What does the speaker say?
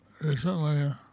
recently